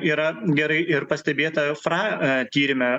yra gerai ir pastebėta fra tyrime